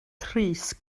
crys